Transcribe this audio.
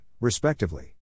respectively